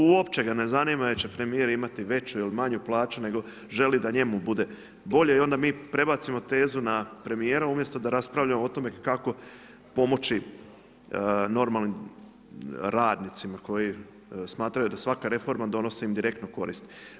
Uopće ga ne zanima jel' će premijer imati veću ili manju plaću nego želi da njemu bude bolje i onda mi prebacimo tezu na premijera umjesto da raspravljamo o tome kako pomoći normalnim radnicima koji smatraju da svaka reforma donosi indirektnu korist.